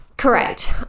Correct